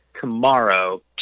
tomorrow